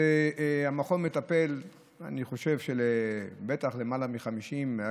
המכון מטפל בטח במעל ל-50,000 פונים,